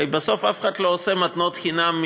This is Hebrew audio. הרי בסוף אף אחד מהמשווקים לא נותן מתנות חינם.